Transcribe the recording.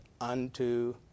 unto